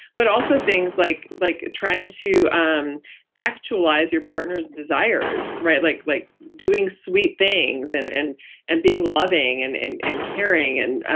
but also things like like trying to um actualize your partner's desires. like like doing sweet things and and and being loving and and and caring and ah